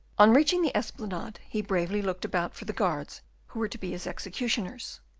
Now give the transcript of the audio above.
on reaching the esplanade, he bravely looked about for the guards who were to be his executioners,